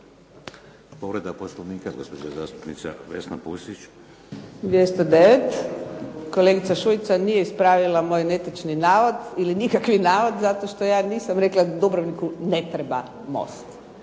Povreda Poslovnika gospođa zastupnica Vesna Pusić. **Pusić, Vesna (HNS)** 209. kolegica Šuica nije ispravila moj netočni navod ili nikakvi navod, zato što ja nisam rekla Dubrovniku ne treba most.